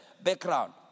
background